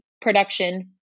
production